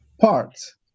parts